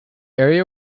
area